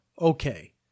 Okay